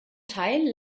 teil